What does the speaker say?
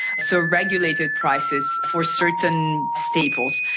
so regulated prices for certain staples.